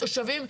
התושבים,